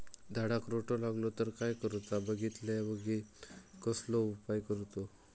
झाडाक रोटो लागलो तर काय करुचा बेगितल्या बेगीन कसलो उपाय करूचो?